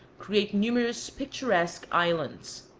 create numerous picturesque islands.